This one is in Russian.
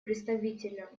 представителя